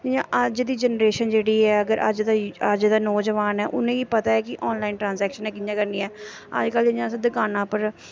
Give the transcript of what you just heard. जियां अज्ज दी जनरेशन जेह्ड़ी ऐ अगर अज्ज दा नौजोआन ऐ उ'नेंगी पता ऐ कि आनलाइन ट्रांससैक्शन कि'यां करनी ऐ अज्जकल इ'यां अस दकाना पर